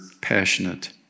passionate